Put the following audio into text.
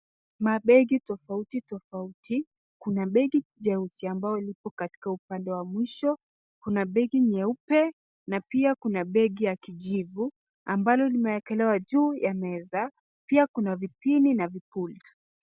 Mabegi tofauti tofauti. Kuna begi jeusi ambalo lipo katika upande wa mwisho. Kuna begi nyeupe na pia kuna begi ya kijivu ambalo limewekelewa juu ya meza .Pia kuna vipini na vipuli.